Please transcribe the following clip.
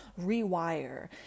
rewire